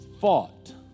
fought